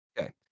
Okay